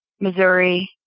Missouri